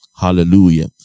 hallelujah